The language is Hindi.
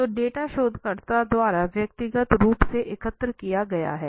तो डेटा शोधकर्ता द्वारा व्यक्तिगत रूप से एकत्र किया गया हैं